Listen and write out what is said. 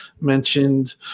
mentioned